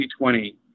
2020